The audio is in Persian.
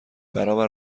برابر